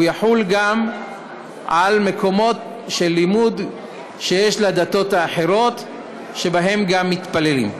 הוא יחול גם על מקומות של לימוד שיש לדתות האחרות שבהם גם מתפללים.